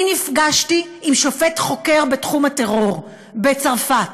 אני נפגשתי עם שופט חוקר בתחום הטרור בצרפת.